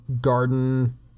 garden